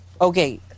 Okay